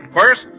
First